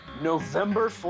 November